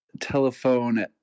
telephone